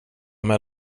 med